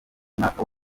umwaka